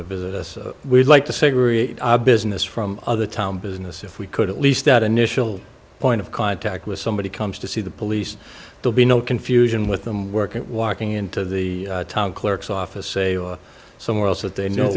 to visit us we'd like to segregate business from other town business if we could at least that initial point of contact with somebody comes to see the police will be no confusion with them work and walking into the town clerk's office say or somewhere else that they know